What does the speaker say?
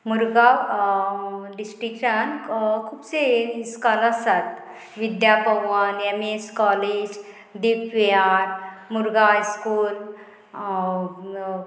मुर्गांव डिस्ट्रिक्टान खुबशे स्कॉल आसात विद्यापवन M S college D P R Murgaon high school